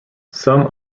some